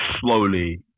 slowly